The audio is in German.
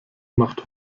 macht